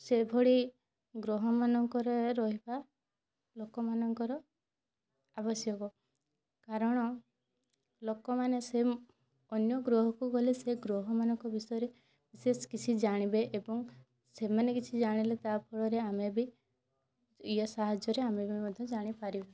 ସେଭଳି ଗ୍ରହମାନଙ୍କରେ ରହିବା ଲୋକମାନଙ୍କର ଆବଶ୍ୟକ କାରଣ ଲୋକମାନେ ସେ ଅନ୍ୟ ଗ୍ରହକୁ ଗଲେ ସେ ଗ୍ରହମାନକ ବିଷୟରେ ବିଶେଷ କିଛି ଜାଣିବେ ଏବଂ ସେମାନେ କିଛି ଜାଣିଲେ ତାଫଳରେ ଆମେ ବି ୟେ ସାହାଯ୍ୟରେ ଆମେ ବି ମଧ୍ୟ ଜାଣିପାରିବୁ